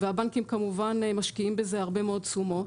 והבנקים כמובן משקיעים בזה הרבה מאוד תשומות.